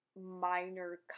minor